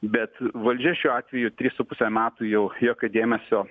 bet valdžia šiuo atveju tris su puse metų jau jokio dėmesio